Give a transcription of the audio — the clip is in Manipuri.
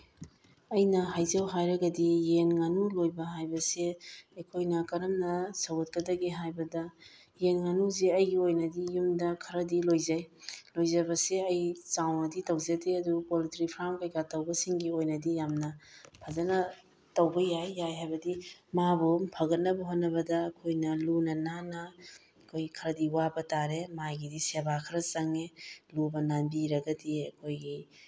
ꯑꯩꯅ ꯍꯥꯏꯖꯧ ꯍꯥꯏꯔꯒꯗꯤ ꯌꯦꯟ ꯉꯥꯅꯨ ꯂꯣꯏꯕ ꯍꯥꯏꯕꯁꯦ ꯑꯩꯈꯣꯏꯅ ꯀꯔꯝꯅ ꯁꯧꯒꯠꯀꯗꯒꯦ ꯍꯥꯏꯕꯗ ꯌꯦꯟ ꯉꯥꯅꯨꯁꯦ ꯑꯩꯒꯤ ꯑꯣꯏꯅꯗꯤ ꯌꯨꯝꯗ ꯈꯔꯗꯤ ꯂꯣꯏꯖꯩ ꯂꯣꯏꯖꯕꯁꯦ ꯑꯩ ꯆꯥꯎꯅꯗꯤ ꯇꯧꯖꯗꯦ ꯑꯗꯨ ꯄꯣꯜꯇ꯭ꯔꯤ ꯐꯥꯝ ꯀꯩꯀꯥ ꯇꯧꯕꯁꯤꯡꯒꯤ ꯑꯣꯏꯅꯗꯤ ꯌꯥꯝꯅ ꯐꯖꯅ ꯇꯧꯕ ꯌꯥꯏ ꯌꯥꯏ ꯍꯥꯏꯕꯗꯤ ꯃꯥꯕꯨ ꯐꯒꯠꯅꯕ ꯍꯣꯠꯅꯕꯗ ꯑꯩꯈꯣꯏꯅ ꯂꯨꯅ ꯅꯥꯟꯅ ꯑꯩꯈꯣꯏ ꯈꯔꯗꯤ ꯋꯥꯕ ꯇꯥꯔꯦ ꯃꯥꯒꯤꯗꯤ ꯁꯦꯕꯥ ꯈꯔ ꯆꯪꯉꯤ ꯂꯨꯕ ꯅꯥꯟꯕꯤꯔꯒꯗꯤ ꯑꯩꯈꯣꯏꯒꯤ